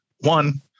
one